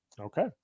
Okay